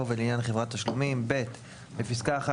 "ולעניין חברת תשלומים"; בפסקה (1),